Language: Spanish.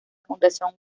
fundación